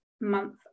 month